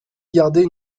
garder